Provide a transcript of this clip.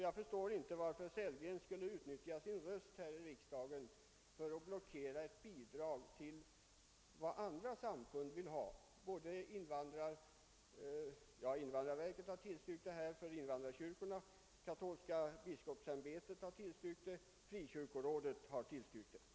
Jag förstår inte varför herr Sellgren skall utnyttja sin röst här i riksdagen för att blockera ett bidrag som andra samfund vill ha. Invandrarverket har tillstyrkt bidrag för invandrarkyrkorna och Katolska biskopsämbetet och frikyrkorådet har också tillstyrkt det.